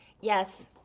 Yes